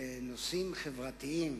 בנושאים חברתיים,